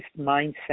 mindset